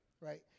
right